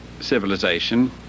civilization